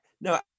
No